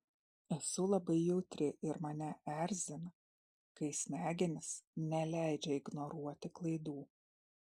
esu labai jautri ir mane erzina kai smegenys neleidžia ignoruoti klaidų